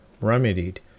remedied